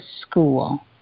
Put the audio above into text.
school